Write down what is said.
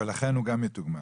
ולכן הוא גם יתוגמל.